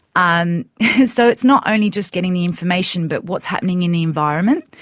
um so it's not only just getting the information, but what's happening in the environment.